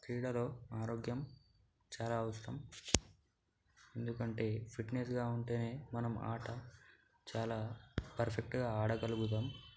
క్రీడలో ఆరోగ్యం చాలా అవసరం ఎందుకంటే ఫిట్నెస్గా ఉంటేనే మనం ఆట చాలా పర్ఫెక్ట్గా అడగలుగుతాం